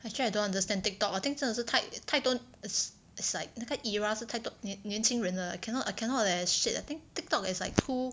actually I don't understand TikTok I think 真的是太太多 it's it's like 那个 era 是太多年轻人了 leh I cannot I cannot leh shit I think TikTok is like too